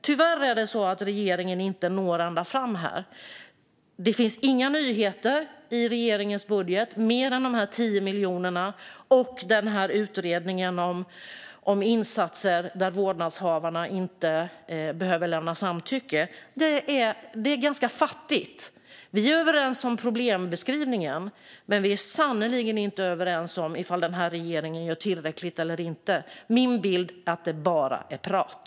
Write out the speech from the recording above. Tyvärr når regeringen inte ända fram här. Det finns inga nyheter i regeringens budget mer än de här 10 miljonerna och utredningen om insatser där vårdnadshavare inte behöver lämna samtycke. Det är ganska fattigt. Vi är överens om problembeskrivningen, men vi är sannerligen inte överens i frågan om den här regeringen gör tillräckligt eller inte. Min bild är att det bara är prat.